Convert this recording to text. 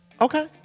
Okay